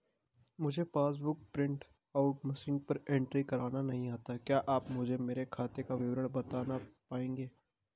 मुझे passbook book print out machine पर entry करना नहीं आता है क्या आप मुझे मेरे खाते का विवरण बताना पाएंगे?